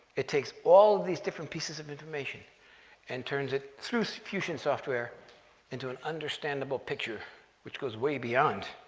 it takes all these different pieces of information and turns it through so fusion software into an understandable picture which goes way beyond,